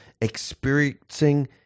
experiencing